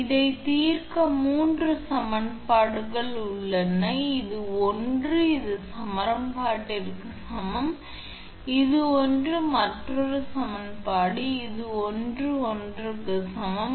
எனவே இதை தீர்க்க மூன்று சமன்பாடுகள் உள்ளன இது ஒன்று இந்த சமன்பாட்டிற்கு சமம் இது ஒன்றுக்கு மற்றொரு சமன்பாடு இது ஒன்றுக்கு ஒன்று சமம்